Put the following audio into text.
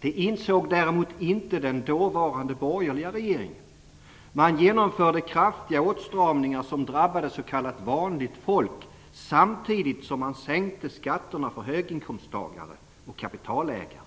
Det insåg däremot inte den dåvarande borgerliga regeringen. Man genomförde kraftiga åtstramningar som drabbade s.k. vanligt folk samtidigt som man sänkte skatterna för höginkomsttagare och kapitalägare.